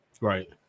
Right